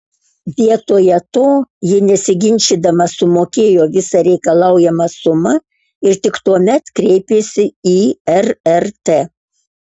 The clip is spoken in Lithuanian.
vietoje to ji nesiginčydama sumokėjo visą reikalaujamą sumą ir tik tuomet kreipėsi į rrt